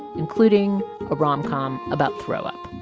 including a rom-com about throw up.